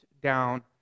down